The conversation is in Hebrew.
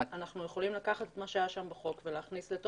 אנחנו יכולים לקחת את מה שהיה שם בחוק ולהכניס לתוך זה.